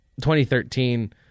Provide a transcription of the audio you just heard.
2013